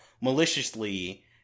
maliciously